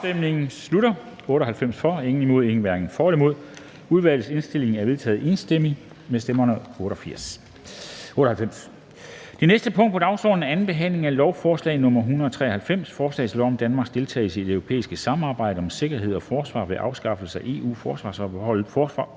stemte 0, hverken for eller imod stemte 0. Udvalgets indstilling er vedtaget enstemmigt med stemmerne 98. --- Det næste punkt på dagsordenen er: 5) 2. behandling af lovforslag nr. L 193: Forslag til lov om Danmarks deltagelse i det europæiske samarbejde om sikkerhed og forsvar ved at afskaffe EU-forsvarsforbeholdet.